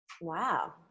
Wow